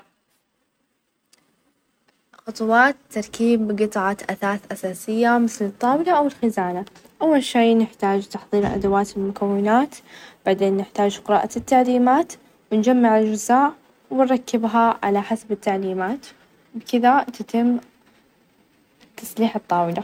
عشان تسوي آيس كريم في البيت، تحتاج كريمة خفق، حليب مكثف، وفانيليا. تخلطهم مع بعض، وتحطهم في علبة محكمة، وبعدها تدخلها الفريزر لمدة 4 ساعات. كل فترة تحركها عشان تصير ناعمة. وبالهناء!